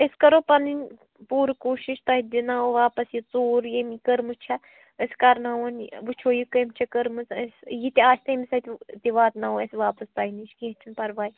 أسۍ کَرو پٔننۍ پورٕ کوٗشش تۄہہِ دیاناوَو واپس یہِ ژوٗر یم یہِ کٔرمٕژ چھےٚ أسۍ کرناوہون یہِ وٕچھو یہِ کٔمۍ چھِ کٔرمٕژ أسۍ یہِ تہِ آسہِ تٔمِس اَتھِ تہِ واتناوو أسۍ واپس تۄہہِ نِش کیٚنہہ چھُنہٕ پرواے